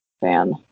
fan